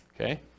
Okay